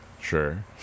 Sure